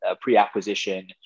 pre-acquisition